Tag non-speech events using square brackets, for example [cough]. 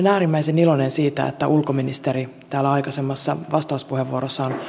[unintelligible] äärimmäisen iloinen siitä että ulkoministeri täällä aikaisemmassa vastauspuheenvuorossaan